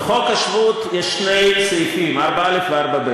בחוק השבות יש שני סעיפים: 4א ו-4ב.